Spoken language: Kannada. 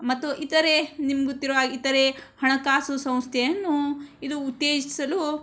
ಮತ್ತು ಇತರ ನಿಮ್ಗೊತ್ತಿರುವ ಇತರ ಹಣಕಾಸು ಸಂಸ್ಥೆಯನ್ನು ಇದು ಉತ್ತೇಜಿಸಲು